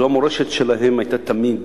זו המורשת שלהם, שהיתה תמיד.